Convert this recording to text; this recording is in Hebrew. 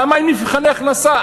למה אין מבחני הכנסה?